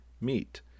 meet